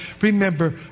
Remember